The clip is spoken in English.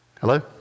Hello